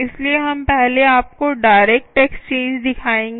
इसलिए हम पहले आपको डायरेक्ट एक्सचेंज दिखाएंगे